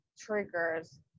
triggers